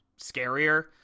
scarier